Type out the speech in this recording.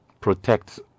protect